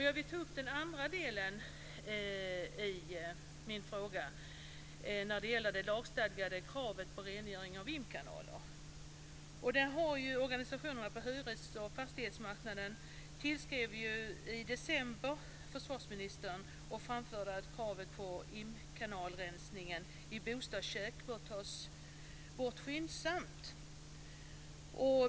Jag vill ta upp den andra delen i min fråga, som gäller det lagstadgade kravet på rengöring av imkanaler. Organisationerna på hyres och fastighetsmarknaden har i december tillskrivit försvarsministern och framfört krav på att imkanalrensningen i bostadskök skyndsamt bör tas bort.